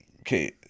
Okay